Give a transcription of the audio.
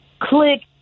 click